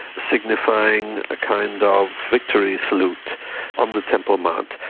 signifying a kind of victory salute on the temple mount.